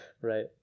Right